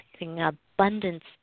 abundance